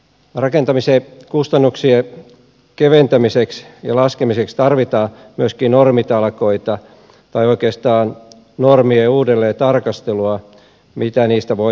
rakentamisen kustannuksien keventämiseksi ja laskemiseksi tarvitaan myöskin normitalkoita tai oikeastaan normien uudelleen tarkastelua mistä niistä voitaisiin luopua